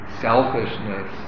selfishness